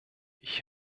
ich